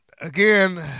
Again